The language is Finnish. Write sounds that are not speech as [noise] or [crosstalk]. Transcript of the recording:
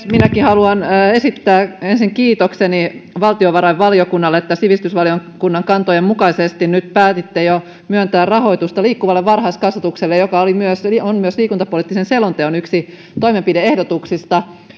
[unintelligible] minäkin haluan esittää ensin kiitokseni valtiovarainvaliokunnalle että sivistysvaliokunnan kantojen mukaisesti nyt päätitte jo myöntää rahoitusta liikkuvalle varhaiskasvatukselle joka on myös liikuntapoliittisen selonteon yksi toimenpide ehdotuksista